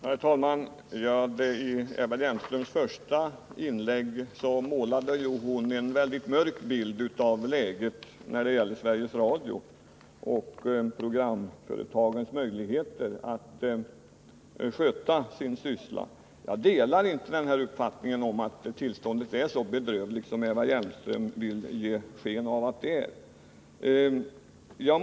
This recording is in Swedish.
Herr talman! Eva Hjelmström målade i sitt första inlägg en väldigt mörk bild av läget när det gäller Sveriges Radio och programföretagens möjligheter att sköta sin syssla. Jag delar inte uppfattningen att tillståndet är så bedrövligt som hon vill ge sken av.